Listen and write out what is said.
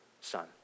son